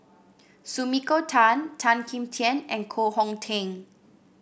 Sumiko Tan Tan Kim Tian and Koh Hong Teng